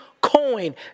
coin